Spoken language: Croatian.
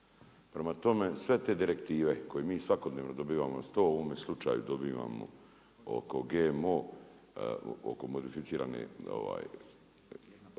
Prema tome, sve te direktive koje mi svakodnevno dobivamo na stol, u ovome slučaju dobivamo oko GMO oko modificirani